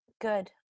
Good